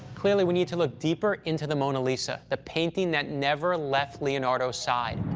clearly, we need to look deeper into the mona lisa, the painting that never left leonardo's side.